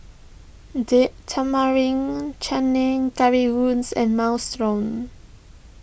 Date Tamarind Chutney Currywurst and Minestrone